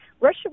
Russia